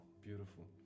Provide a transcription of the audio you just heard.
beautiful